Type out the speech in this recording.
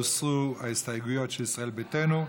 הוסרו ההסתייגויות של ישראל ביתנו.